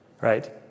Right